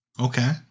Okay